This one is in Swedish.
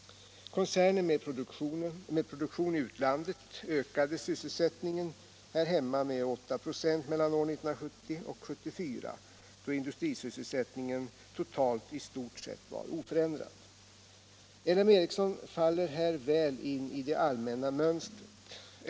Koncerner med produktion i utlandet ökade sysselsättningen här hemma med 8 96 mellan år 1970 och 1974, då industrisysselsättningen totalt i stort sett var oförändrad. LM Ericsson faller här väl in i det allmänna mönstret.